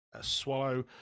Swallow